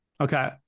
Okay